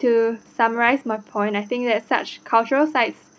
to summarise my point I think that such cultural sites